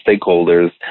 stakeholders